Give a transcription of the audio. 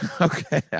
okay